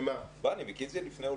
אני מכיר את זה לפני ולפנים.